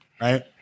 right